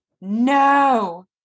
No